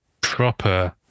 proper